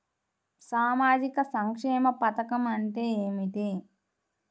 సామాజిక సంక్షేమ పథకం అంటే ఏమిటి?